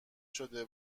شده